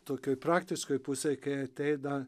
tokioje praktikoje pusę kai ateina